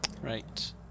Right